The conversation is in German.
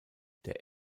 der